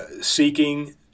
seeking